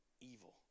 evil